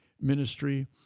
ministry